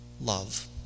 love